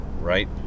right